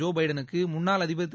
Joe பைடனுக்கு முன்னாள் அதிபர் திரு